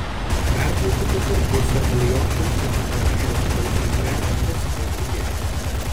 perpjaukite per pusę alijošiaus lapą iš jo vidaus išgremžkite skaidrų gelį